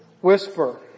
whisper